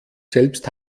selbst